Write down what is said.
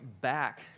back